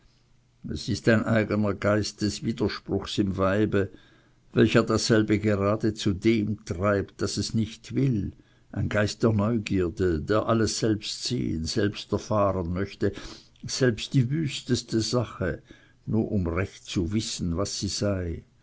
es ist ein eigener geist des widerspruchs im weibe welcher dasselbe gerade zu dem treibt welches es nicht will ein geist der neugierde der alles selbst sehen selbst erfahren möchte selbst die wüsteste sache nur um recht zu wissen was sie sei